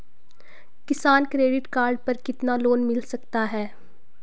किसान credit card पर कितना लोंन मिल सकता है?